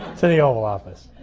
to the oval office